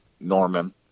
Norman